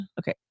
Okay